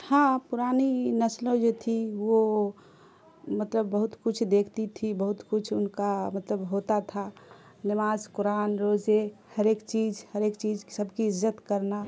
ہاں پرانی نسلوں جو تھی وہ مطلب بہت کچھ دیکھتی تھی بہت کچھ ان کا مطلب ہوتا تھا نماز قرآن روزے ہر ایک چیز ہر ایک چیز سب کی عزت کرنا